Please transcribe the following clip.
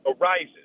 arises